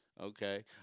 Okay